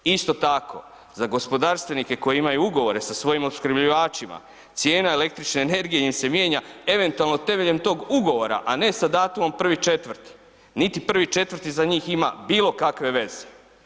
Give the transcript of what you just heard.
Isto tako za gospodarstvenike koji imaju ugovore sa svojim opskrbljivačima cijena električne energije im se mijenja eventualno temeljem tog ugovora, a ne sa datumom 1.4., niti 1.4. za njih ima bilo kakve veze.